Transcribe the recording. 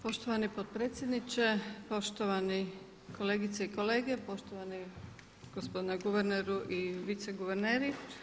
Poštovani potpredsjedniče, poštovane kolegice i kolege, poštovani gospodine guverneru i viceguverneri.